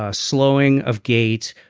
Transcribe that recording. ah slowing of gait,